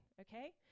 okay